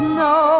no